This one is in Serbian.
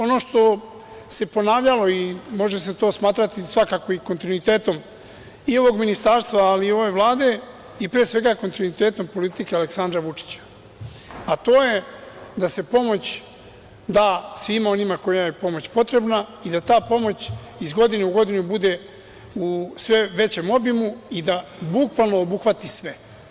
Ono što se ponavljalo i može se to smatrati svakako i kontinuitetom i ovog ministarstva, ali i ove Vlade i pre svega kontinuitetom politike Aleksandra Vučića a to je da se pomoć da svima onima kojima je pomoć potrebna i da ta pomoć iz godine u godinu bude u sve većem obimu i da bukvalno obuhvati sve.